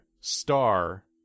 star